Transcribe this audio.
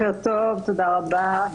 תודה רבה.